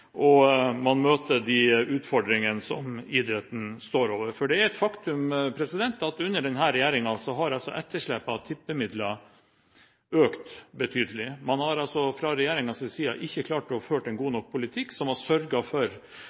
og man møter de utfordringene som idretten står overfor. Det er et faktum at etterslepet av tippemidler har økt betydelig under denne regjeringen. Man har – fra regjeringens side – ikke klart å føre en god nok politikk som har sørget for